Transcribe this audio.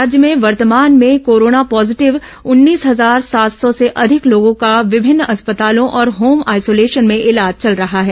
राज्य में वर्तमान में कोरोना पॉजीटिव उन्नीस हजार सात सौ से अधिक लोगों का विभिन्न अस्पतालों और होम आइसोलेशन में इलाज चल रहा है